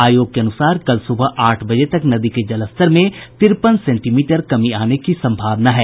आयोग के अनुसार कल सुबह आठ बजे तक नदी के जलस्तर में तिरपन सेंटीमीटर कमी आने की संभावना है